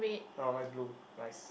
oh mine is blue nice